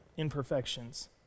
Imperfections